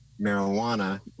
marijuana